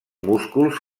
músculs